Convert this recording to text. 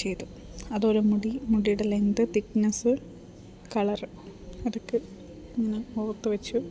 ചെയ്തു അതൊരു മുടി മുടിയുടെ ലെങ്ത് തിക്നെസ്സ് കളറ് അതൊക്കെ ഇങ്ങനെ ഓർത്തു വെച്ചു